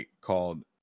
called